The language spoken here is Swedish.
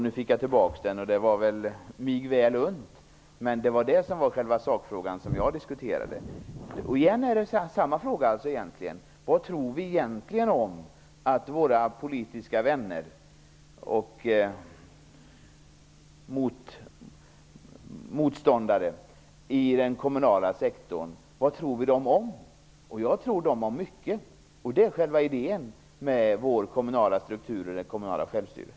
Nu fick jag tillbaka den, och det var mig väl unnat. Men det var själva sakfrågan. Igen är frågan densamma: Vad tror vi egentligen om våra politiska vänner och motståndare i den kommunala sektorn? Jag tror om dem mycket. Det är själva idén med vår kommunala struktur och det kommunala självstyret.